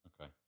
Okay